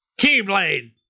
Keyblade